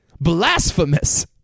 blasphemous